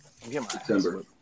September